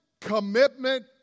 commitment